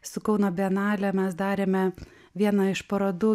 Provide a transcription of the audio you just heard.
su kauno bienale mes darėme vieną iš parodų